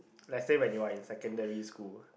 let's say when you're in secondary school